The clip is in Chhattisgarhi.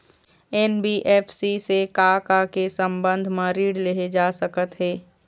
एन.बी.एफ.सी से का का के संबंध म ऋण लेहे जा सकत हे?